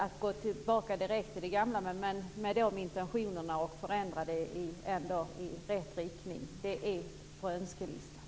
Detta med att direkt gå tillbaka till det gamla systemet med de intentionerna och att förändra i rätt riktning finns med på önskelistan.